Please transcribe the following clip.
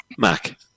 Mac